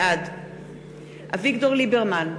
בעד אביגדור ליברמן,